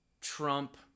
Trump